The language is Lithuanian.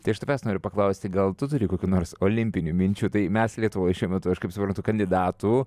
tai aš tavęs noriu paklausti gal tu turi kokių nors olimpinių minčių tai mes lietuvoj šiuo metu aš kaip suprantu kandidatų